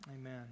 Amen